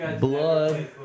Blood